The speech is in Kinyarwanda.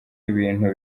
ibintu